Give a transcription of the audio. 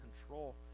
control